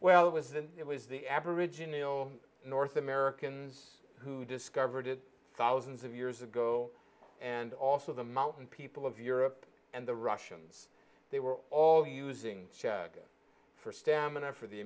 well it was then it was the aboriginal north americans who discovered it thousands of years ago and also the mountain people of europe and the russians they were all using for stamina for the